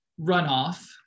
runoff